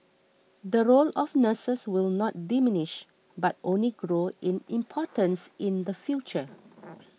the role of nurses will not diminish but only grow in importance in the future